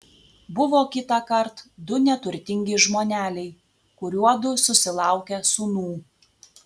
buvo kitąkart du neturtingi žmoneliai kuriuodu susilaukė sūnų